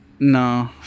No